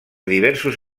diversos